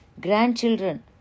Grandchildren